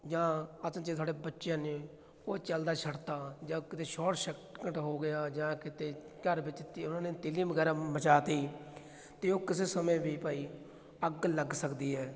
ਜਾਂ ਅਚਨਚੇਤ ਸਾਡੇ ਬੱਚਿਆਂ ਨੇ ਉਹ ਚੱਲਦਾ ਛੱਡਤਾ ਜਾਂ ਕਿਤੇ ਸ਼ੋਟ ਸਰਕਟ ਹੋ ਗਿਆ ਜਾਂ ਕਿਤੇ ਘਰ ਵਿੱਚ ਤੀ ਉਹਨਾਂ ਨੇ ਤੀਲੀ ਵਗੈਰਾ ਮਚਾਤੀ ਤਾਂ ਉਹ ਕਿਸੇ ਸਮੇਂ ਵੀ ਭਾਈ ਅੱਗ ਲੱਗ ਸਕਦੀ ਹੈ